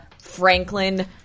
Franklin